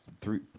three